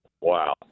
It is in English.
Wow